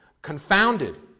confounded